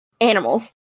animals